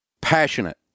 passionate